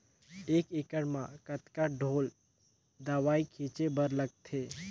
एक एकड़ म कतका ढोल दवई छीचे बर लगथे?